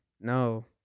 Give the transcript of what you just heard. No